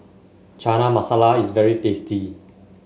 Chana Masala is very tasty